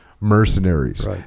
mercenaries